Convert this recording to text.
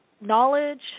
knowledge